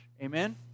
Amen